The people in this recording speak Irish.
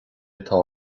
atá